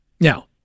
Now